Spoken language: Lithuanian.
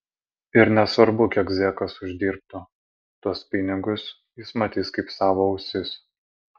ir nesvarbu kiek zekas uždirbtų tuos pinigus jis matys kaip savo ausis